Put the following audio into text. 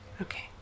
Okay